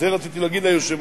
את זה רציתי להגיד ליושב-ראש.